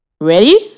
Ready